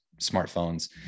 smartphones